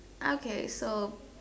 okay so